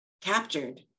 captured